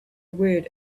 word